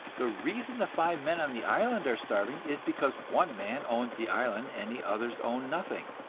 the reason the five men on the island are starving is because one man owns the island and the others own nothing.